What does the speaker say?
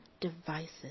devices